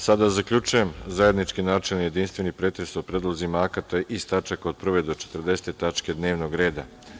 Sada zaključujem zajednički načelni i jedinstveni pretres o predlozima akata iz tačaka od 1. do 40. tačke dnevnog reda.